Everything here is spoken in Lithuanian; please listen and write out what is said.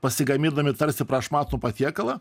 pasigamindami tarsi prašmatnų patiekalą